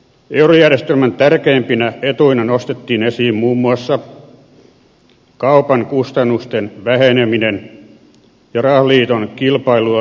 eurojärjestelmän tärkeimpinä etuina nostettiin esiin muun muassa kaupan kustannusten väheneminen ja rahaliiton kilpailua lisäävät vaikutukset